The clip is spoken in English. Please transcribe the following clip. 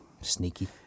sneaky